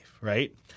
right